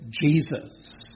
Jesus